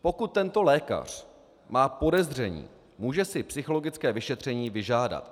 Pokud tento lékař má podezření, může si psychologické vyšetření vyžádat.